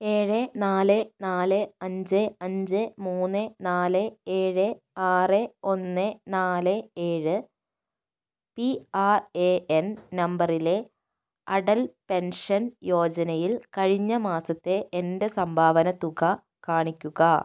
ഏഴ് നാല് നാല് അഞ്ച് അഞ്ച് മൂന്ന് നാല് ഏഴ് ആറ് ഒന്ന് നാല് ഏഴ് പി ആർ എ എൻ നമ്പറിലെ അടൽ പെൻഷൻ യോജനയിൽ കഴിഞ്ഞ മാസത്തെ എൻ്റെ സംഭാവന തുക കാണിക്കുക